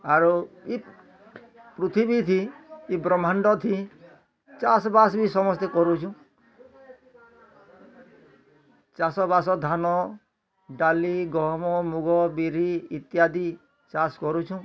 ଆରୁ ଇ ପୃଥିବୀ ଜି ଇ ବ୍ରହ୍ମାଣ୍ଡ ଥି ଚାଷ୍ ବାସ୍ ବି ସମସ୍ତେ କରୁଛୁ ଚାଷ ବାସ୍ ଧାନ ଡାଲି ଗହମ ମୁଗ ବିରି ଇତ୍ୟାଦି ଚାଷ୍ କରୁଛୁ